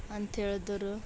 ಅಂಥೇಳ್ದರು